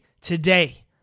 today